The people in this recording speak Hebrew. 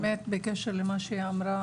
באמת בקשר למה שהיא אמרה,